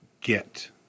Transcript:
get